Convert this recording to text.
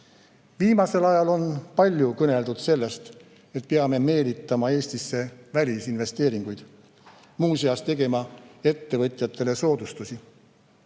Viimasel ajal on palju kõneldud sellest, et peame meelitama Eestisse välisinvesteeringuid ja muu seas tegema ettevõtjatele soodustusi.